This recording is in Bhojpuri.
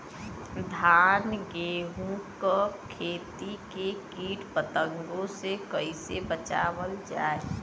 धान गेहूँक खेती के कीट पतंगों से कइसे बचावल जाए?